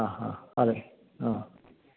ങാ ങാഹ് ഹാ അതെ